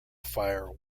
fire